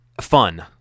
fun